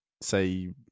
say